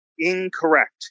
incorrect